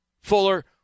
Fuller